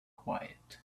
quiet